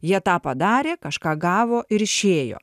jie tą padarė kažką gavo ir išėjo